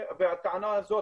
הטענה הזאת,